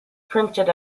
printed